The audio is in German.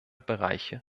bereiche